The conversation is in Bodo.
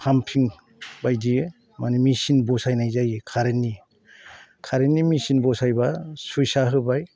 पाम्पिं बायदि मानि मेचिन बसायनाय जायो कारेन्टनि कारेन्टनि मेचिन बसायब्ला सुइट्च होबाय